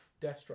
Deathstroke